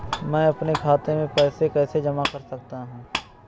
मैं अपने खाते में पैसे कैसे जमा कर सकता हूँ?